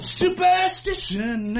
superstition